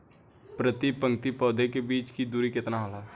प्रति पंक्ति पौधे के बीच की दूरी केतना होला?